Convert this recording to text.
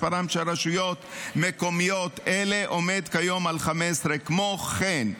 מספרן של רשויות מקומיות אלה עומד כיום על 15. כמו כן,